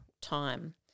time